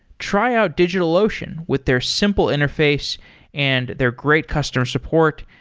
try out digitalocean with their simple interface and their great customer support,